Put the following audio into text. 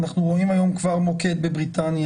אנחנו רואים היום כבר מוקד בבריטניה,